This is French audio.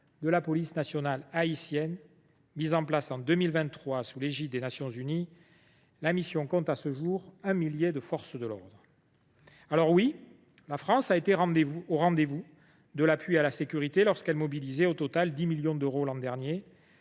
de la police nationale haïtienne, mise en place en 2023 sous l’égide des Nations unies. Cette mission compte à ce jour un millier de membres de forces de l’ordre. La France a été au rendez vous de l’appui à la sécurité. Elle a mobilisé au total dix millions d’euros l’an dernier,